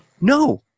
No